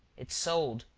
it's sold,